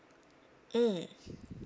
mm